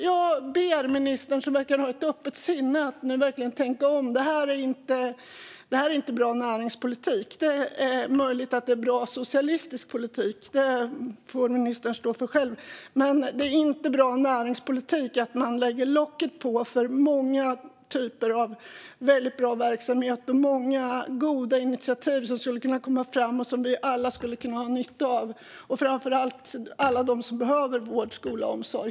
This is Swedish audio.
Jag ber ministern, som verkar ha ett öppet sinne, att tänka om. Detta är inte bra näringspolitik. Det är möjligt att det är bra socialistisk politik - det får ministern stå för själv - men det är inte bra näringspolitik att man lägger locket på för många typer av väldigt bra verksamhet med många goda initiativ som skulle kunna komma fram och som vi alla skulle kunna ha nytta av, framför allt alla de som behöver vård, skola och omsorg.